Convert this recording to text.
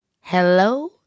Hello